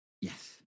Yes